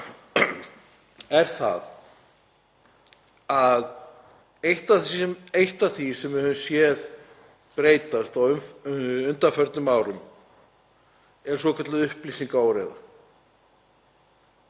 er að eitt af því sem við höfum séð breytast á undanförnum árum er svokölluð upplýsingaóreiða.